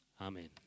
Amen